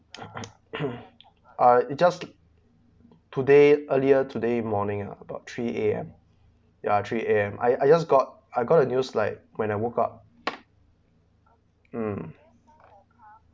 uh it just today earlier today morning uh about three A_M ya three A_M I I just got I got a new like when I woke up um